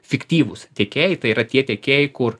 fiktyvūs tiekėjai tai yra tie tiekėjai kur